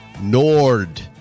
Nord